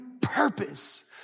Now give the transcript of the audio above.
purpose